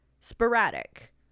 sporadic